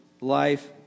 life